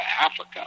Africa